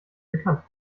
bekannt